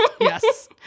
Yes